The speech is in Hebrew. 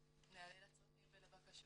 ניענה לצרכים ולבקשות.